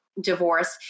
Divorce